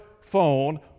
phone